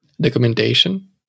Documentation